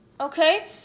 Okay